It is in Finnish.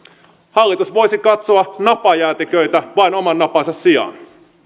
hallitus voisi katsoa napajäätiköitä vain oman napansa sijaan